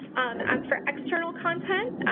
as for external content,